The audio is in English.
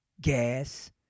gas